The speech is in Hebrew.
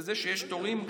בזה שיש תורים,